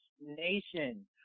Nation